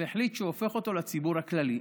והחליט שהוא הופך אותו לציבור הכללי.